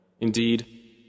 Indeed